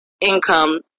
income